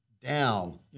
down